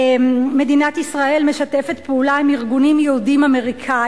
מדינת ישראל משתפת פעולה עם ארגונים יהודיים-אמריקניים